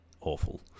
awful